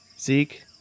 Zeke